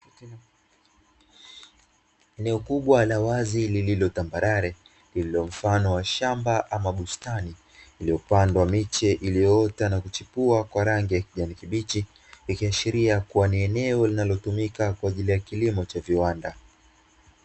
Eneo kubwa la wazi lililotamabrare lililo mfano wa shamba ama bustani liliyopandwa miche iliyoota na kuchipua kwa rangi ya kijani kibichi, ikiashiria kuwa ni eneo linalotumika kwa ajili ya kilomo cha viwanda.